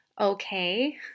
okay